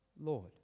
Lord